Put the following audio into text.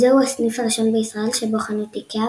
זהו הסניף הראשון בישראל שבו חנות איקאה